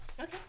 Okay